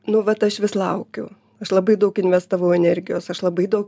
nu vat aš vis laukiu aš labai daug investavau energijos aš labai daug